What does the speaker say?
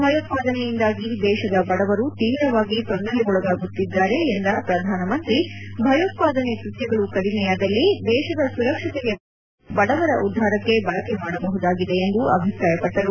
ಭಯೋತ್ಪಾದನೆಯಿಂದಾಗಿ ದೇಶದ ಬಡವರು ತೀವ್ರವಾಗಿ ತೊಂದರೆಗೊಳಗಾಗುತ್ತಿದ್ದಾರೆ ಎಂದ ಪ್ರಧಾನ ಮಂತ್ರಿ ಭಯೋತ್ವಾದನೆ ಕೃತ್ಯಗಳು ಕಡಿಮೆಯಾದಲ್ಲಿ ದೇಶದ ಸುರಕ್ಷತೆಗೆ ಬಳಸುತ್ತಿರುವ ಹಣವನ್ನು ಬಡವರ ಉದ್ದಾರಕ್ಕೆ ಬಳಕೆ ಮಾಡಬಹುದಾಗಿದೆ ಎಂದು ಅಭಿಪ್ರಾಯ ಪಟ್ಗರು